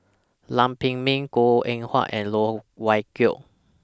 Lam Pin Min Goh Eng Wah and Loh Wai Kiew